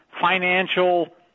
financial